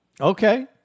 Okay